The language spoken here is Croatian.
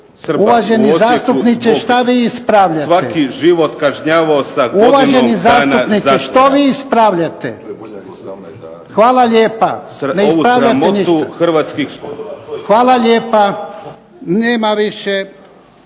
Uvaženi zastupniče što vi ispravljate? Hvala lijepa. Ne ispravljate ništa./... Ovu